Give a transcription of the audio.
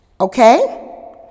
okay